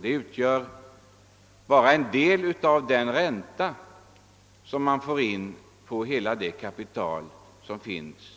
Det är bara en del av den ränta som banken får in på hela det kapital som där finns.